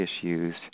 issues